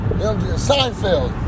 Seinfeld